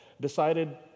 decided